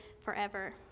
forever